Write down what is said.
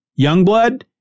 Youngblood